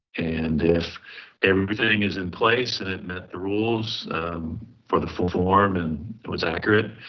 and if everything is in place and it met the rules for the full form and it was accurate,